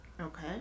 Okay